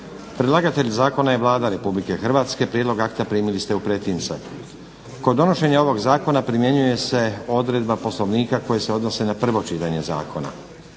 Predlagatelj zakona je Vlada Republike Hrvatske. Prijedlog akta primili ste u pretince. Kod donošenja ovog zakona primjenjuje se odredba Poslovnika koje se odnose na prvo čitanje zakona.